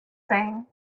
thing